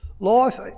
Life